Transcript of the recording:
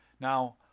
Now